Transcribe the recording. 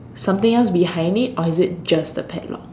something else behind it or is it just the padlock